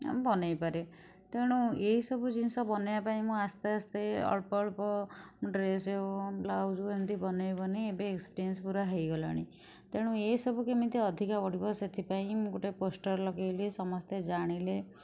ବନେଇପାରେ ତେଣୁ ଏଇସବୁ ଜିନିଷ ବନେଇବା ପାଇଁ ମୁଁ ଆସ୍ତେ ଆସ୍ତେ ଅଳ୍ପ ଅଳ୍ପ ଡ୍ରେସ୍ ହେଉ ବ୍ଲାଉଜ୍ ଏମତି ବନେଇ ବନେଇ ଏବେ ଏକ୍ସପେରିଏନ୍ସ ପୂରା ହୋଇଗଲାଣି ତେଣୁ ଏସବୁ କେମିତି ଅଧିକା ବଢ଼ିବ ସେଥିପାଇଁ ମୁଁ ଗୋଟେ ପୋଷ୍ଟର୍ ଲଗେଇଲି ସମସ୍ତେ ଜାଣିଲେ